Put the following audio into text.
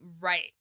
Right